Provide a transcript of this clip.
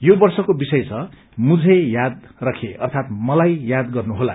यो वर्षको विषय छ मुझे याद रखे अर्थात मलाई याद गर्नु होला